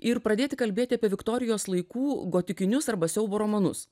ir pradėti kalbėti apie viktorijos laikų gotikinius arba siaubo romanus